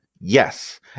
Yes